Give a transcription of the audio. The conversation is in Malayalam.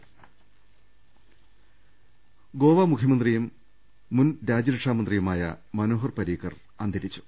ങ്ങ ൽ ഗോവ മുഖൃമന്ത്രിയും മുൻ രാജൃരക്ഷാ മന്ത്രിയുമായ മനോഹർ പരീക്കർ അന്തരിച്ചു